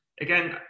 again